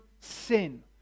sin